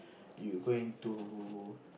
you going to